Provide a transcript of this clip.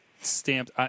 stamped